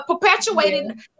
perpetuating